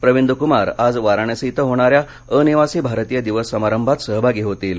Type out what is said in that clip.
प्रविन्द कृमार आज वाराणसी इथं होणाऱ्या अनिवासी भारतीय दिवस समारंभात सहभागी होतील